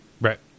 Right